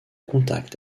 contact